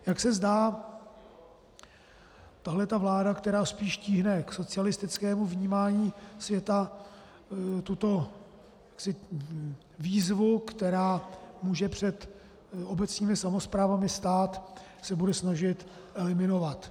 Jak se zdá, tahle vláda, která spíš tíhne k socialistickému vnímání světa, tuto výzvu, která může před obecními samosprávami stát, se bude snažit eliminovat.